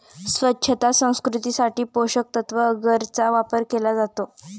स्वच्छता संस्कृतीसाठी पोषकतत्त्व अगरचा वापर केला जातो